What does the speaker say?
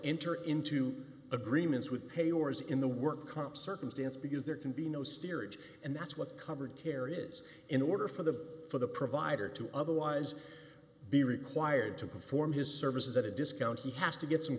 enter into agreements with pay or is in the work comp circumstance because there can be no steerage and that's what covered care is in order for the for the provider to otherwise be required to perform his services at a discount he has to get some